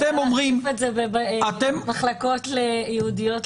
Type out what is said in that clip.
אתם אומרים ------ במחלקות ייעודיות